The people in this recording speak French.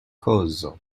causes